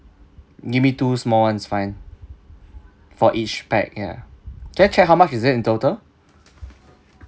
give me two small [one] is fine for each pack ya can I check how much is it in total